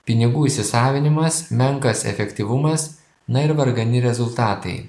pinigų įsisavinimas menkas efektyvumas na ir vargani rezultatai